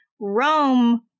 rome